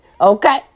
okay